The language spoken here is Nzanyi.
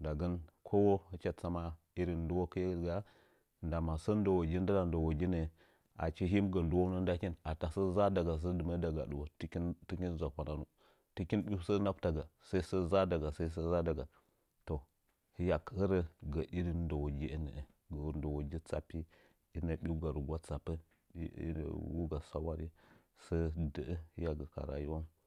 ndagən kowo hɨcha tsama irin ndɨwokɨ ye gaa ndama sən ndəwəgin ndɨɗa ndəwogi nə'ə achi him gə ndɨwounən ndaki ata sə za'a daga səə dimə daga a dɨwo hikin zakwa nanu tɨkin ɓiu səəa naftaga sai səə za'adaga səi səə za’adaga hiya kərə gə irin ndəwo giye nə'ə gəu ndəwogi tsapi inə'ə biuga rugwa tsapən inə'ə vuga saware də'ə hiya gə ka rayuwaung.